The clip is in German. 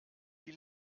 die